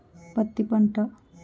పత్తి పంట